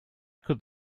could